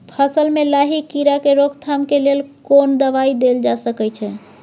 फसल में लाही कीरा के रोकथाम के लेल कोन दवाई देल जा सके छै?